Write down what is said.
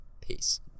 Peace